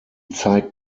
zeigt